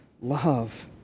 love